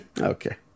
Okay